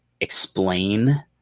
Explain